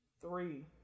Three